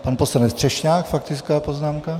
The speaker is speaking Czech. Pan poslanec Třešňák faktická poznámka.